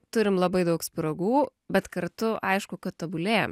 turim labai daug spragų bet kartu aišku kad tobulėjam